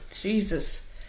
Jesus